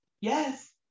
Yes